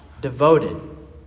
devoted